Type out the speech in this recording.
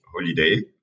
holiday